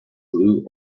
blue